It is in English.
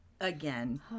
Again